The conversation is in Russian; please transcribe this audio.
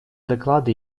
доклады